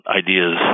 ideas